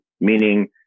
meaning